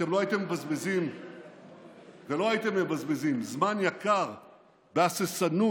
אתם לא הייתם מבזבזים זמן יקר בהססנות,